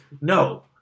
No